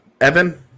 Evan